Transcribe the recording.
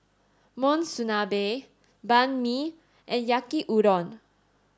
Monsunabe Banh Mi and Yaki udon